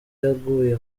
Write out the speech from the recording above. yaguye